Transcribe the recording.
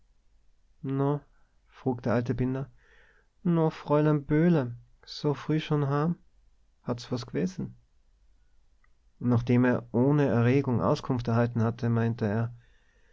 frug der alte binder no fräulein böhle so frieh schon haam hat's was gewwe und nachdem er ohne erregung auskunft erhalten hatte meinte er